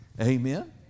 Amen